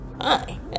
Hi